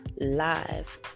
Live